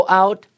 out